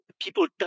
People